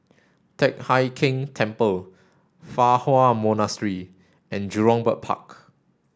Teck Hai Keng Temple Fa Hua Monastery and Jurong Bird Park